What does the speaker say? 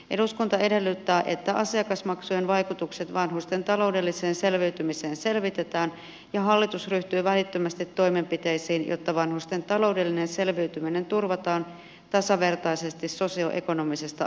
eduskunta edellyttää että asiakasmaksujen vaikutukset vanhusten taloudelliseen selviytymiseen selvitetään ja hallitus ryhtyy välittömästi toimenpiteisiin jotta vanhusten taloudellinen selviytyminen turvataan tasavertaisesti sosioekonomisesta asemasta riippumatta